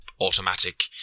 Automatic